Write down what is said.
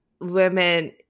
women